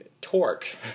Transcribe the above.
Torque